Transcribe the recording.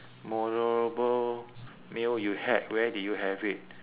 memorable meal you had where did you have it